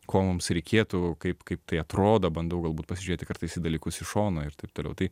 ko mums reikėtų kaip kaip tai atrodo bandau galbūt pasižiūrėti kartais į dalykus iš šono ir taip toliau tai